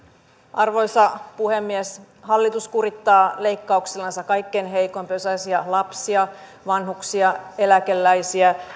arvoisa puhemies hallitus kurittaa leikkauksillansa kaikkein heikoimpiosaisia lapsia vanhuksia eläkeläisiä